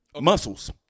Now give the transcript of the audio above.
muscles